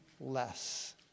less